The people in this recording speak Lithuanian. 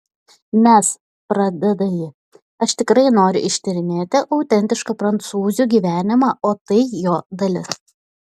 nes pradeda ji aš tikrai noriu ištyrinėti autentišką prancūzių gyvenimą o tai jo dalis